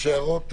יש הערות?